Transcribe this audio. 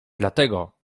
dlatego